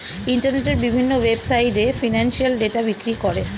ইন্টারনেটের বিভিন্ন ওয়েবসাইটে এ ফিনান্সিয়াল ডেটা বিক্রি করে